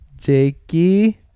Jakey